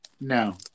No